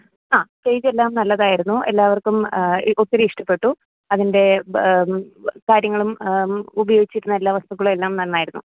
ആ സ്റ്റേജെല്ലാം നല്ലതായിരുന്നു എല്ലാവർക്കും ഒത്തിരി ഇഷ്ടപ്പെട്ടു അതിൻ്റെ കാര്യങ്ങളും ഉപയോഗിച്ചിരുന്ന എല്ലാ വസ്തുക്കളുവെല്ലാം നന്നായിരുന്നു